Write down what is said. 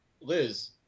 Liz